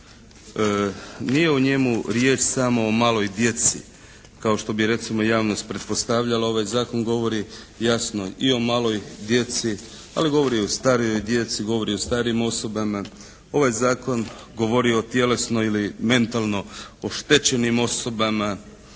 Nije u njemu riječ samo o maloj djeci kao što bi recimo javnost pretpostavljala, ovaj zakon govori jasno i o maloj djeci, ali govori i o starijoj djeci, govori o starijim osobama. Ovaj zakon govori o tjelesnoj ili mentalno oštećenim osobama